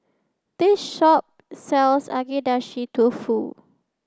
this shop sells Agedashi Dofu